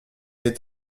est